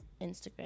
Instagram